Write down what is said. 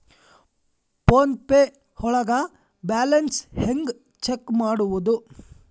Phone pay ಒಳಗ balance ಹೆಂಗ್ check ಮಾಡುವುದು?